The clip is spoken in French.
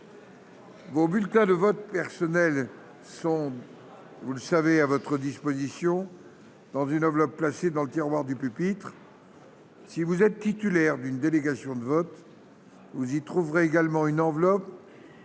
Vos bulletins de vote personnel sont. Vous le savez à votre disposition dans une enveloppe placée dans le tiroir du pupitre. Si vous êtes titulaire d'une délégation de vote. Vous y trouverez également une enveloppe